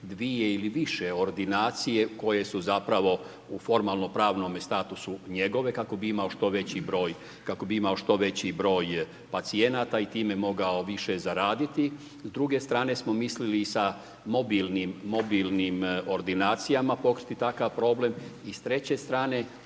dvije ili više ordinacije koje su zapravo u formalno-pravome statusu njegove kak bi imao što veći broj pacijenata i time mogao više zaraditi. S druge strane smo mislili sa mobilnim ordinacijama pokriti takav problem i s treće strane